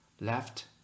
left